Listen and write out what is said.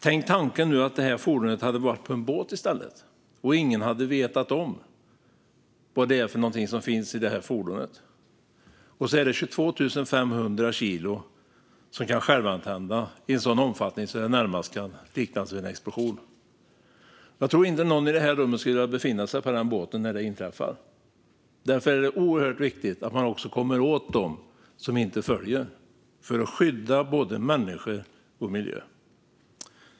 Tänk nu tanken att detta fordon hade varit på en båt i stället och att ingen hade vetat vad som finns i fordonet. Där finns alltså 22 500 kilo av ett ämne som kan självantända i en sådan omfattning att det närmast kan liknas vid en explosion! Jag tror inte att någon här skulle vilja befinna sig på den båten när det inträffar. Därför är det oerhört viktigt att man kommer åt dem som inte följer regelverket, för att skydda både människor och miljö.